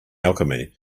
alchemy